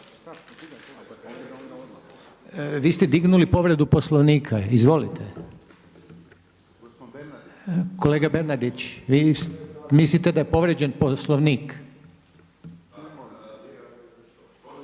Vi ste dignuli povredu Poslovnika. Izvolite. Kolega Bernardić, vi mislite da je povrijeđen Poslovnik? Koji članak